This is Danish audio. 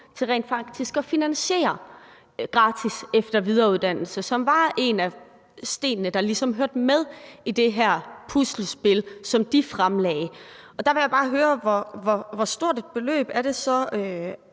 til rent faktisk at finansiere gratis efter- og videreuddannelse, som ligesom var en af de brikker, der hørte med i det her puslespil, som de fremlagde. Der vil jeg bare høre, hvor stort et beløb det så